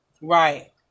Right